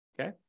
Okay